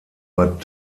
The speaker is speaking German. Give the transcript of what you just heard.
bad